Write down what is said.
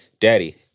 Daddy